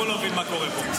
גם הוא לא מבין מה קורה פה.